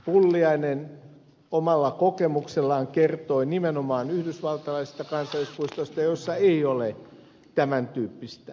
pulliainen omalla kokemuksellaan kertoi nimenomaan yhdysvaltalaisista kansallispuistoista joissa ei ole tämän tyyppistä toimintaa